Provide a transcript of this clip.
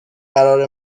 قرار